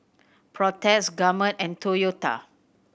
Protex Gourmet and Toyota